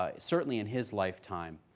ah certainly in his lifetime,